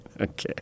Okay